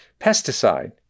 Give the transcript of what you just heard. pesticide